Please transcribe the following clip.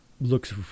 looks